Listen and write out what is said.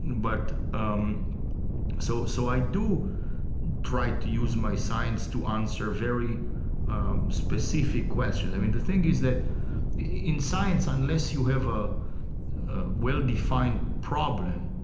and but um so so i do try to use my science to answer very specific questions. i mean, the thing is that in science unless you have a well-defined problem,